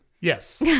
Yes